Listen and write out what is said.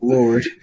Lord